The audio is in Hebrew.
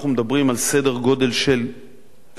אנחנו מדברים על סדר-גודל של כ-300,000